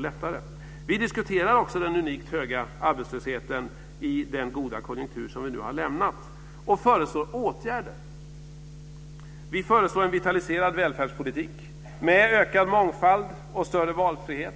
lättare. Vi diskuterar också den unikt höga arbetslösheten i den goda konjunktur som vi nu har lämnat och föreslår åtgärder. Vi föreslår en vitaliserad välfärdspolitik med ökad mångfald och större valfrihet.